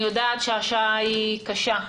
אני יודעת שהשעה קשה.